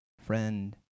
friend